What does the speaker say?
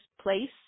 place